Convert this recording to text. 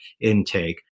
intake